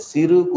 Siru